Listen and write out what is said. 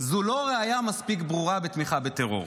זה לא ראיה מספיק ברורה בתמיכה בטרור.